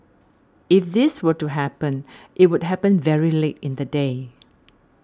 if this were to happen it would happen very late in the day